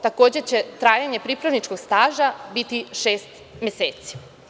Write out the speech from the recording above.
Takođe će trajanje pripravničkog staža biti šest meseci.